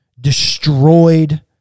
destroyed